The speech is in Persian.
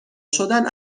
شدن